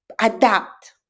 adapt